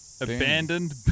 abandoned